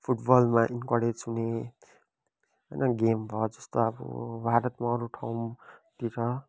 फुटबलमा इन्करेज हुने होइन गेम भयो जस्तो अब भारतमा अरू ठाउँतिर